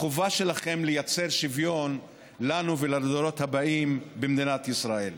בחובה שלכם לייצר שוויון לנו ולדורות הבאים במדינת ישראל.